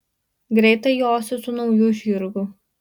greitai josi su nauju žirgu